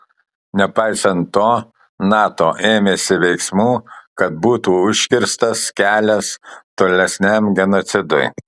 nepaisant to nato ėmėsi veiksmų kad būtų užkirstas kelias tolesniam genocidui